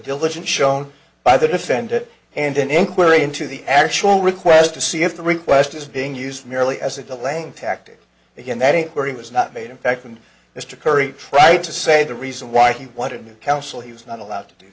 diligence shown by the defendant and an inquiry into the actual request to see if the request is being used merely as if the lang tactic again that it where he was not made in fact and mr curry tried to say the reason why he wanted counsel he was not allowed to do